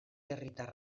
herritar